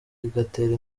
igatera